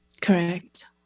correct